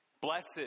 Blessed